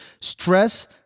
Stress